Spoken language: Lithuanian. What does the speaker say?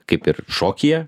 kaip ir šokyje